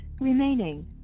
remaining